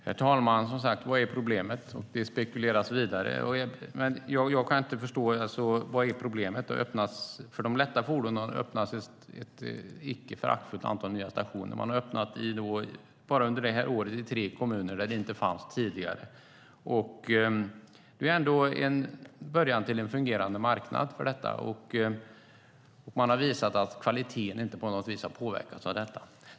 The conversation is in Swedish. Herr talman! Vad är problemet? Det spekuleras vidare. Jag kan inte förstå vad det är som är problemet. För de lätta fordonen har det öppnats ett icke föraktfullt antal nya stationer. Bara under det här året har man öppnat i tre kommuner där det inte fanns besiktningsstationer tidigare. Det är en början till en fungerande marknad för detta. Man har visat att kvaliteten inte på något sätt har påverkats av det.